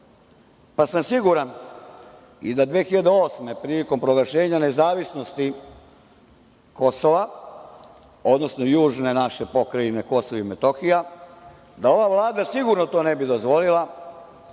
pa sam siguran i da 2008. godine, prilikom proglašenja nezavisnosti Kosova, odnosno južne naše Pokrajine Kosova i Metohije, da ova Vlada sigurno to ne bi dozvolila